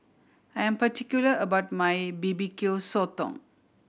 I am particular about my B B Q Sotong